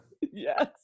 Yes